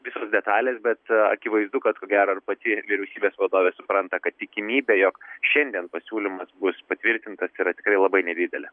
visos detalės bet akivaizdu kad ko gero ir pati vyriausybės vadovė supranta kad tikimybė jog šiandien pasiūlymas bus patvirtintas yra tikrai labai nedidelė